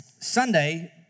Sunday